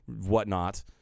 whatnot